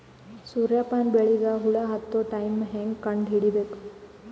ಸೂರ್ಯ ಪಾನ ಬೆಳಿಗ ಹುಳ ಹತ್ತೊ ಟೈಮ ಹೇಂಗ ಕಂಡ ಹಿಡಿಯಬೇಕು?